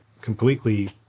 completely